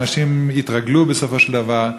אנשים יתרגלו בסופו של דבר.